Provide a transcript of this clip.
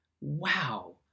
wow